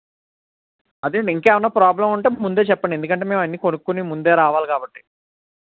అదేండి ఇంకా ఏమన్న ప్రాబ్లం ఉంటే ముందే చెప్పండి ఎందుకంటే మేము అన్ని కొనుకొని ముందే రావాలి కాబట్టి